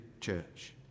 church